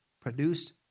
produced